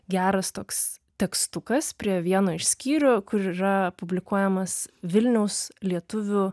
geras toks tekstukas prie vieno iš skyrių kur yra publikuojamas vilniaus lietuvių